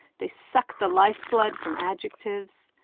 they suck the lifeblood from adjectives,